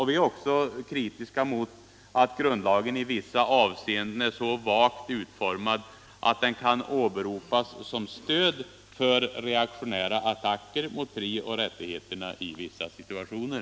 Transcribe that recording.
Vi är också kritiska mot att grundlagen i vissa avseenden är så vagt utformad att den kan åberopas som stöd för reaktionära attacker mot frioch rättigheterna i vissa situationer.